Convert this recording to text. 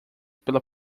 pela